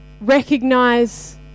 recognize